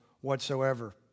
whatsoever